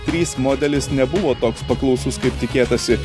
trys modelis nebuvo toks paklausus kaip tikėtąsi